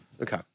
Okay